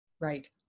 Right